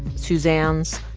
suzanne's?